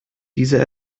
diese